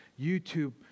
YouTube